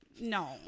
No